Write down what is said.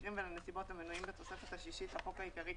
למקרים ולנסיבות המנויים בתוספת השישית לחוק העיקרי,